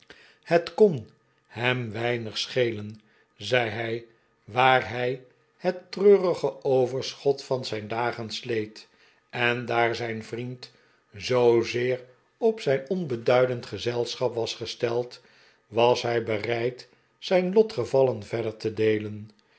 het kon hem weinig schelen zei hij waar hij het treurig overschot van zijn dagen sleet en daar zijn vriend zoozeer op zijn onbeduidend gezelschap was gesteld was hij bereid zijn lotgevallen verder te deelen